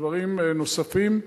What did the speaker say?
דברים נוספים,